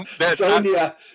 Sonia